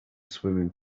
swimming